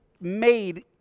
made